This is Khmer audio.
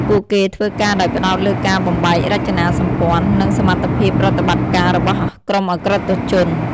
ពួកគេធ្វើការដោយផ្តោតលើការបំបែករចនាសម្ព័ន្ធ និងសមត្ថភាពប្រតិបត្តិការរបស់ក្រុមឧក្រិដ្ឋជន។